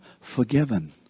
forgiven